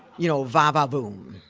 you know, va-va-voom,